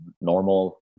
normal